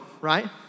right